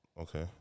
okay